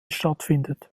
stattfindet